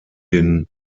den